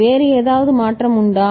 வேறு ஏதாவது மாற்றம் உண்டா